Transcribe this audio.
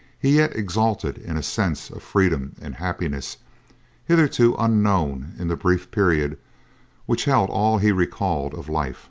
he yet exulted in a sense of freedom and happiness hitherto unknown in the brief period which held all he recalled of life